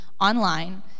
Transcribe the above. online